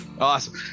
Awesome